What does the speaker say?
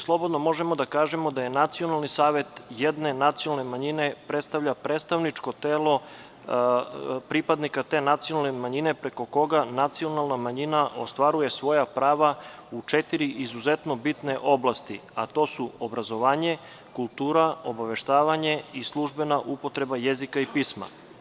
Slobodno možemo da kažemo da je nacionalni savet jedne nacionalne manjine predstavničko telo pripadnika te nacionalne manjine, preko koga nacionalna manjina ostvaruje svoja prava u četiri izuzetno bitne oblasti, a to su: obrazovanje, kultura, obaveštavanje i službena upotreba jezika i pisma.